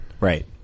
Right